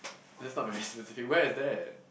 that's not very specific where is that